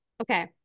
Okay